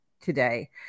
today